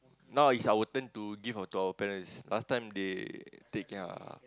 now is our turn to give our to our parents last time they take care